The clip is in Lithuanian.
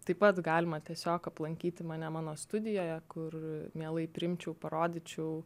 taip pat galima tiesiog aplankyti mane mano studijoje kur mielai priimčiau parodyčiau